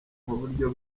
nk’uburyo